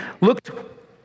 looked